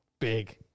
big